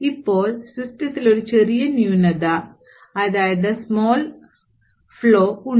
ഇപ്പോൾ സിസ്റ്റത്തിൽ ഒരു ചെറിയ ന്യൂനത ഉണ്ട്